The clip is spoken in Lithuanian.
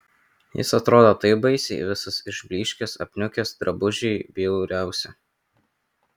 jis atrodo taip baisiai visas išblyškęs apniukęs drabužiai bjauriausi